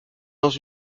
dans